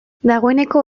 dagoeneko